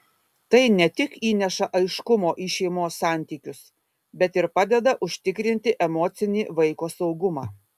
tai ne tik įneša aiškumo į šeimos santykius bet ir padeda užtikrinti emocinį vaiko saugumą